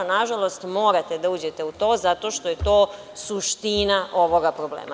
Nažalost, morate da uđete u to, zato što je to suština ovog problema.